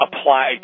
apply